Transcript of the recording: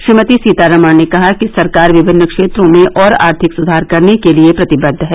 श्रीमती सीतारामन ने कहा कि सरकार विमिन्न क्षेत्रों में और आर्थिक सुधार करने के लिए प्रतिबद्द है